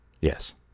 Yes